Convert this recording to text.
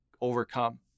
overcome